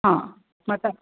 हां मग आता